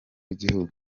igihugu